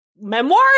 memoir